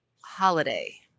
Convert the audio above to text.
Holiday